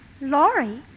Laurie